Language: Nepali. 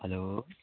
हेलो